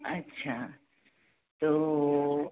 अच्छा तो